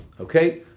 Okay